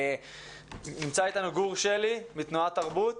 נמצא אתנו גור שלי מתנועת תרבות,